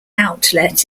outlet